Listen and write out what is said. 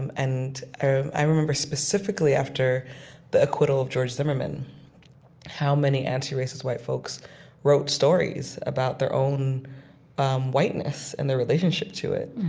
and and i remember specifically after the acquittal of george zimmerman how many anti-racist white folks wrote stories about their own um whiteness and their relationship to it.